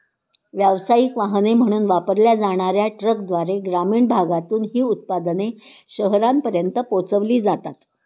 व्यावसायिक वाहने म्हणून वापरल्या जाणार्या ट्रकद्वारे ग्रामीण भागातून ही उत्पादने शहरांपर्यंत पोहोचविली जातात